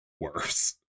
worse